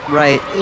right